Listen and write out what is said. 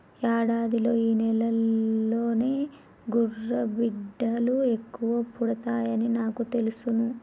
యాడాదిలో ఈ నెలలోనే గుర్రబిడ్డలు ఎక్కువ పుడతాయని నాకు తెలుసును